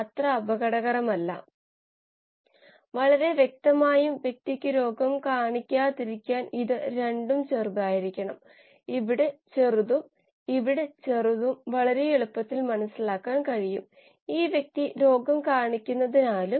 അതുപോലെ തന്നെ നമ്മൾ കാണാൻ പോകുന്ന പാരാമീറ്ററുകൾ പ്രധാനമായും വിവിധതരം പദാർത്ഥങ്ങൾക്കായി മുഖ്യ പാരാമീറ്ററുകളായി കണക്കാക്കപ്പെടുന്നു